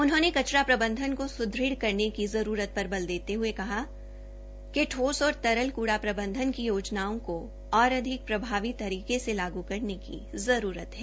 उन्होंने कचरा प्रबंधन को स्ृृढ़ करने की आवश्यक्ता पर बल देते हये कहा कि ठोस और तरल कुड़ा प्रबंधन की योजनाओं को और अधिक प्रभावी तरीके से लागू करने की जरूरत है